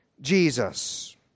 Jesus